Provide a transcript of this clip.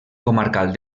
comarcal